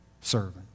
servant